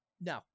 No